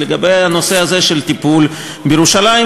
לגבי הנושא הזה של טיפול בירושלים,